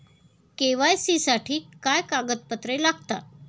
KYC साठी काय कागदपत्रे लागतात?